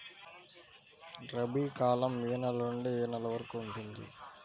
రబీ కాలం ఏ నెల నుండి ఏ నెల వరకు ఉంటుంది?